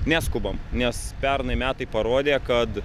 neskubam nes pernai metai parodė kad